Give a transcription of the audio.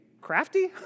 crafty